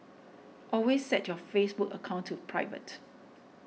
always set your Facebook account to private